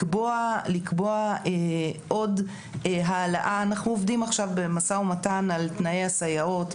לקבוע עוד העלאה אנחנו עובדים עכשיו במשא ומתן על תנאי הסייעות,